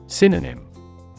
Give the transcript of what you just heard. Synonym